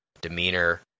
demeanor